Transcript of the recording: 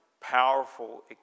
powerful